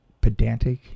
pedantic